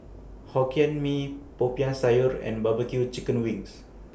Hokkien Mee Popiah Sayur and Barbecue Chicken Wings